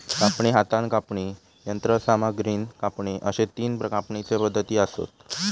कापणी, हातान कापणी, यंत्रसामग्रीन कापणी अश्ये तीन कापणीचे पद्धती आसत